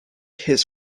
his